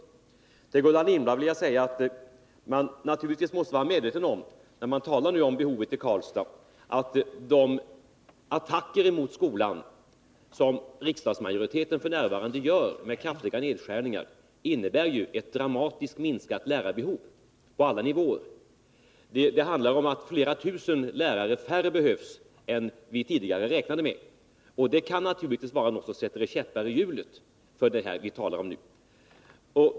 Till Gullan Lindblad vill jag säga att man, då man talar om behovet i Karlstad, naturligtvis måste vara medveten om att de attacker mot skolan som riksdagsmajoriteten f. n. gör, med kraftiga nedskärningar, innebär en dramatisk minskning av lärarbehovet på alla nivåer. Det behövs flera tusen färre lärare än vi tidigare räknade med, och det kan naturligtvis vara något som sätter käppar i hjulet för den utbildning vi nu talar om.